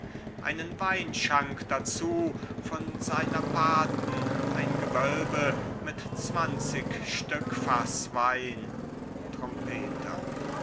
einen weinschank dazu von seiner paten ein gewölbe mit zwanzig stückfaß wein trompeter